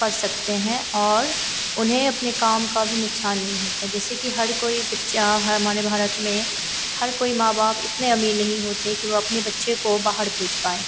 पढ़ सकते हैं और उन्हें अपने काम का भी नुक़सान नहीं होता जैसे कि हर कोई बच्चा हर हमारे भारत में हर कोई माँ बाप इतने अमीर नहीं होते कि वह अपने बच्चे को बाहर भेज पाएँ